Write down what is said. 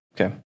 Okay